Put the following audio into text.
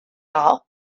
all